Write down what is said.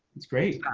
it's great.